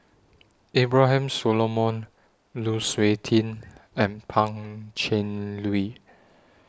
Abraham Solomon Lu Suitin and Pan Cheng Lui